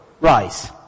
rise